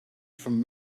from